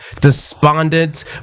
despondent